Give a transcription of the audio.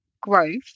growth